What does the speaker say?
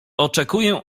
oczekuję